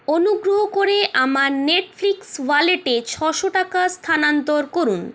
অনুগ্রহ করে আমার নেটফ্লিক্স ওয়ালেটে ছশো টাকা স্থানান্তর করুন